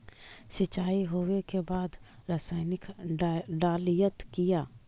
सीचाई हो बे के बाद रसायनिक डालयत किया?